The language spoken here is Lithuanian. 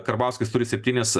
karbauskis turi septynis